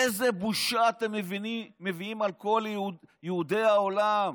איזו בושה אתם מביאים על כל יהודי העולם.